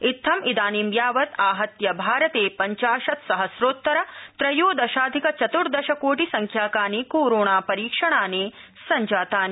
इत्थं इदानीं यावत आहत्य भारते पंचाशत सहस्रोत्तर त्रयोदशाधिक चतर्दश कोटि संख्याकानि कोरोनापरीक्षणानि संजातानि